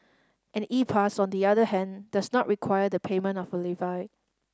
an E Pass on the other hand does not require the payment of a levy